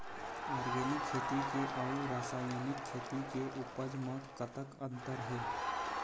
Organic खेती के अउ रासायनिक खेती के उपज म कतक अंतर हे?